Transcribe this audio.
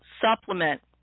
supplement